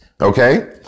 Okay